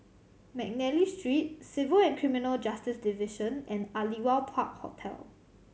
McNally Street Civil and Criminal Justice Division and Aliwal Park Hotel